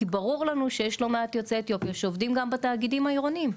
כי ברור לנו שיש לא מעט יוצאי אתיופיה שעובדים גם בתאגידים העירוניים.